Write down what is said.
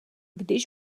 když